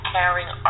Carrying